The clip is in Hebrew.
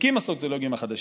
צודקים הסוציולוגים החדשים: